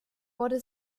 wurde